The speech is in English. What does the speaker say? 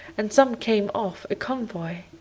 and some came off a convoy.